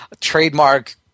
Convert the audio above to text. Trademark